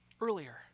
earlier